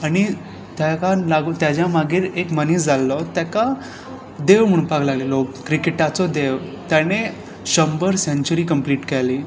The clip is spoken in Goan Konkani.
आनी ताका लागून ताज्या मागीर एक मनीस जाल्लो ताका देव म्हणपाक लागले लोक क्रिकेटाचो देव ताणे शंबर सेंच्युरी कंप्लिट केली